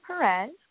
Perez